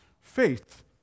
faith